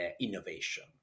innovation